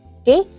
okay